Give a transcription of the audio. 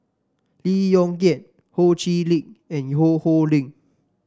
Lee Yong Kiat Ho Chee Lick and Ho Ho Ying